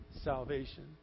salvation